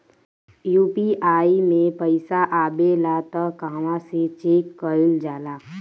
UPI मे पइसा आबेला त कहवा से चेक कईल जाला?